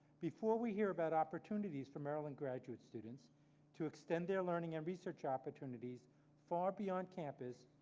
before we hear about opportunities from maryland graduate students to extend their learning and research opportunities far beyond campus,